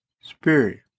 spirit